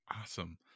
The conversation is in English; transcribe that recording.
awesome